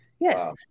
Yes